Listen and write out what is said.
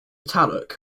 taluk